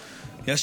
בבקשה.